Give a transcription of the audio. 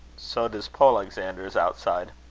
so does polexander's outside.